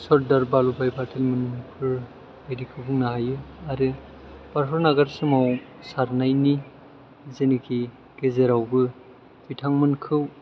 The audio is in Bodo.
सरदार भाल्लबाइ पाथेल मोन बायदिखौ बुंनो हायो आरो भारत नागार सोमावसारनायनि जेनाखि गेजेरावबो बिथांमोनखौ